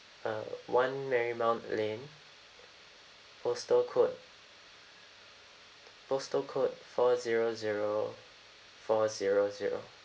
uh one marymount lane postal code postal code four zero zero four zero zero